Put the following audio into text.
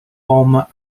former